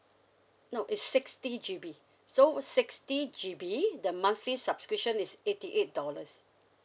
no it's sixty G_B so sixty G_B the monthly subscription is eighty eight dollars